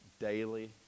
daily